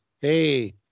hey